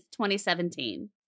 2017